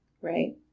Right